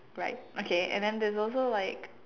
right okay and then theres also like